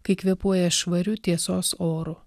kai kvėpuoja švariu tiesos oru